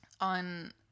on